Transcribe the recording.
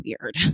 weird